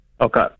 Okay